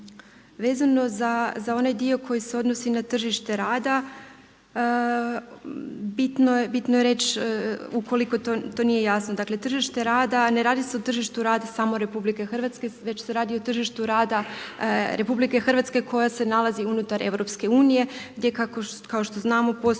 Vezano za onaj dio koji se odnosi na tržište rada, bitno je reći ukoliko to nije jasno, dakle tržište rada ne radi se o tržištu rada samo RH već se radi o tržištu rada RH koja se nalazi unutar EU gdje kao što znamo postoji